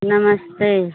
नमस्ते